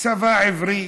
"צבא עברי",